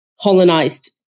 colonized